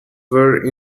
were